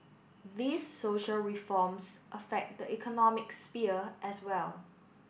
these social reforms affect the economic sphere as well